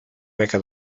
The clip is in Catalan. beca